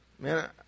Man